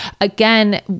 again